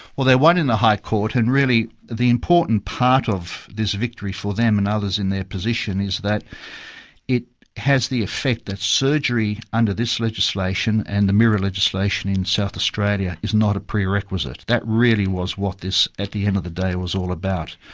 well, they won in the high court, and really the important part of this victory for them and others in their position is that it has the effect that surgery under this legislation and the mirror legislation in south australia is not a prerequisite. that really was what this, at the end of the day, was all about.